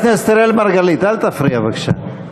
חבר הכנסת אראל מרגלית, אל תפריע, בבקשה.